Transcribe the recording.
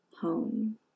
home